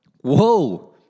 Whoa